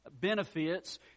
benefits